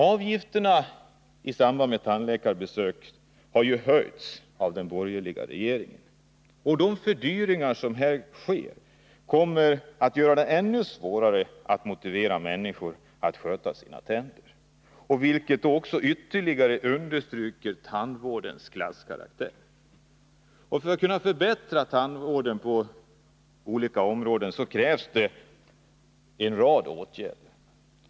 Avgifterna i samband med tandläkarbesök har ju höjts av den borgerliga regeringen. De fördyringar som sker kommer att göra det ännu svårare att motivera människor att sköta sina tänder, vilket ytterligare understryker tandvårdens klasskaraktär. För att man skall kunna förbättra tandvården krävs olika åtgärder.